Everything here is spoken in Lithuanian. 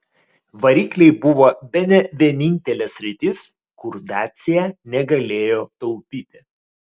varikliai buvo bene vienintelė sritis kur dacia negalėjo taupyti